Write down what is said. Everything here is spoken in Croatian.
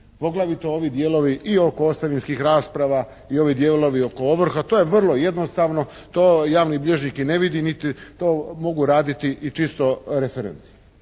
poglavito ovi dijelovi i oko ostavinskih rasprava i ovi dijelovi oko ovrha, to je vrlo jednostavno, to javni bilježnik i ne vidi niti to mogu raditi i čisto referenti.